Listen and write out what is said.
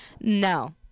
No